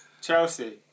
Chelsea